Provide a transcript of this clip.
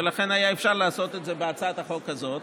לכן היה אפשר לעשות את זה בהצעת החוק הזאת.